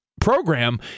program